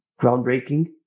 groundbreaking